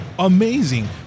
Amazing